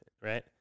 right